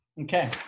Okay